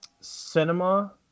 Cinema